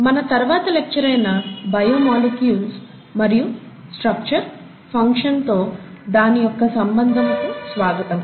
మన తర్వాత లెక్చర్ అయిన బయో మాలిక్యూల్స్ మరియు స్ట్రక్చర్ ఫంక్షన్ తో దాని యొక్క సంబంధంకు స్వాగతం